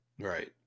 Right